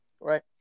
right